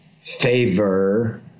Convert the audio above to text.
favor